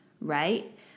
right